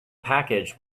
package